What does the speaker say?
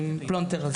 מהפלונטר הזה.